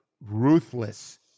ruthless